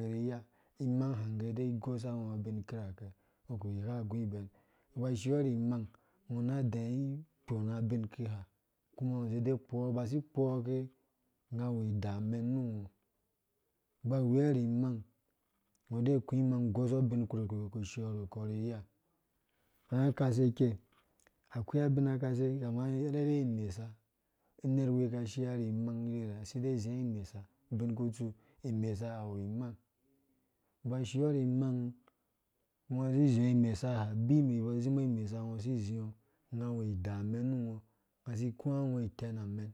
riiya imang ha ngge ide igosa ungo abin kirake ungo ki igha ugu ibɛn ungo uba ushiɔ ri mang ungo na dɛɛ ikpona abinkiha kuma ungo usin idee kpɔɔ, ungo ubasi ikpoɔ ke, unga awu idamen nu ungo ungo uba uweari imang ungo ude uku imang ugosɔ ubinkpirkpi ungo uku ushiɔ ru kɔ ri iya ra kasei ikei akoi abin kasei kama gɛ arherhe imesa unerwi ka shia ri imang irherhe. a side zia imesa ubin kutsu imesa awu imang, ungo ba ushiɔ ri imangungo usi iziɔ imasa ha, abimbi bɔɔ azimbɔ imesa ungo si iziɔ, unga awu idamɛn nu ungo, asi ikuwa ungo itɛn amɛn